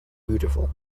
beautiful